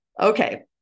Okay